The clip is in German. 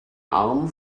arm